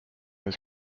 his